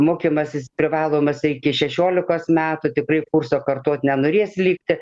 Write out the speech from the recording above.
mokymasis privalomas iki šešiolikos metų tikrai kurso kartot nenorės likti